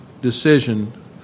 decision